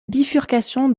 bifurcation